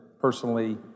personally